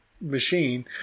machine